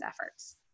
efforts